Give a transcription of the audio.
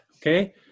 okay